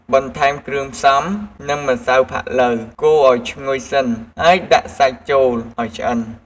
បន្ថែមគ្រឿងផ្សំ និងម្សៅផាត់ឡូវ កូរឲ្យឈ្ងុយសិន ហើយដាក់សាច់ចូលឲ្យឆ្អិន។